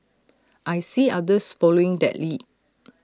I see others following that lead